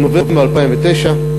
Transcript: בדצמבר 2009,